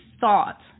thought